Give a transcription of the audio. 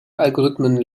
algorithmen